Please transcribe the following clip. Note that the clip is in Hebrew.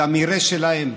זה המרעה שלהם.